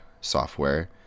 software